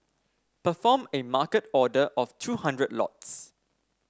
perform a market order of two hundred lots